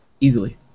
Easily